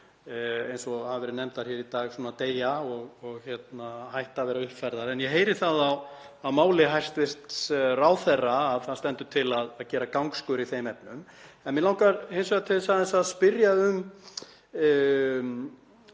eins og hafa verið nefndar hér í dag svona deyja og hætta að vera uppfærðar. En ég heyri það á máli hæstv. ráðherra að það stendur til að gera gangskör í þeim efnum. Mig langar til þess að spyrja